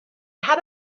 had